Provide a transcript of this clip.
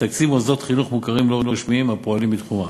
בתקציב מוסדות חינוך מוכרים לא רשמיים הפועלים בתחומה,